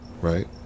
right